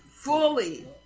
Fully